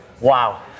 Wow